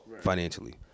financially